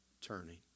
turning